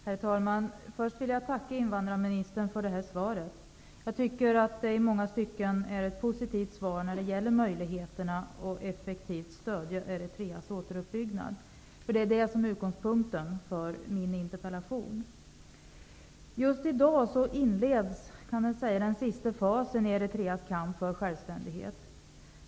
Herr talman! Först vill jag tacka invandrarministern för svaret. Jag tycker att det i många stycken är ett positivt svar i fråga om möjligheten att effektivt stödja Eritreas återuppbyggnad. Det är det som är utgångspunkten för min interpellation. Just i dag inleds den sista fasen i Eritreas kamp för självständighet.